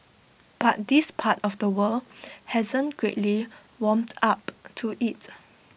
but this part of the world hasn't greatly warmed up to IT